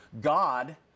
God